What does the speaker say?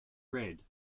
read